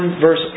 verse